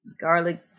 garlic